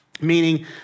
meaning